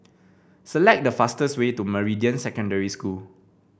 select the fastest way to Meridian Secondary School